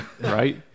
Right